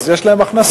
אז יש להם הכנסה.